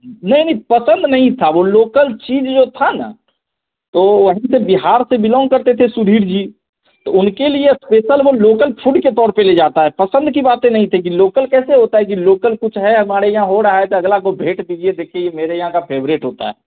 नहीं नहीं पसंद नहीं था वह लोकल चीज़ जो थी ना तो वहीं से बिहार से बिलौंग करते थे सुधीर जी तो उनके लिए स्पेसल वह लोकल फूड के तौर पर ले जाता है पसंद की बातें नहीं थी कि लोकल कैसे होता है कि लोकल कुछ है हमारे यहाँ हो रहा है तो अगले को भेंट दीजिए देखिए मेरे यहाँ का फेवरेट होता है